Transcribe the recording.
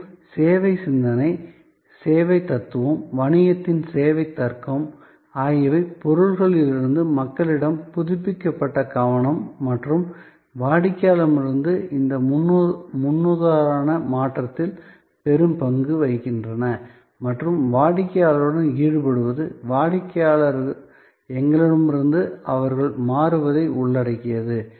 மற்றும் சேவை சிந்தனை சேவை தத்துவம் வணிகத்தின் சேவை தர்க்கம் ஆகியவை பொருள்களில் இருந்து மக்களிடம் புதுப்பிக்கப்பட்ட கவனம் மற்றும் வாடிக்கையாளரிடமிருந்து இந்த முன்னுதாரண மாற்றத்தில் பெரும் பங்கு வகிக்கின்றன மற்றும் வாடிக்கையாளருடன் ஈடுபடுவது வாடிக்கையாளர் எங்களிடமிருந்து அவர்கள் மாறுவதை உள்ளடக்கியது